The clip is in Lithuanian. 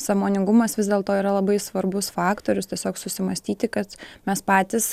sąmoningumas vis dėlto yra labai svarbus faktorius tiesiog susimąstyti kad mes patys